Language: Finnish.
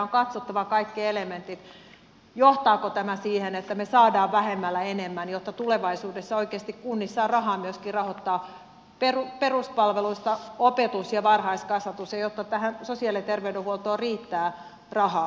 on katsottava kaikki elementit johtaako tämä siihen että me saamme vähemmällä enemmän jotta tulevaisuudessa oikeasti kunnissa on rahaa myöskin rahoittaa peruspalveluista opetus ja varhaiskasvatus ja jotta tähän sosiaali ja terveydenhuoltoon riittää rahaa